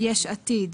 "יש עתיד":